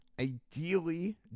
Ideally